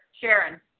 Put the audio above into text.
Sharon